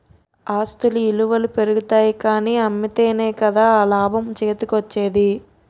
ఆస్తుల ఇలువలు పెరుగుతాయి కానీ అమ్మితేనే కదా ఆ లాభం చేతికోచ్చేది?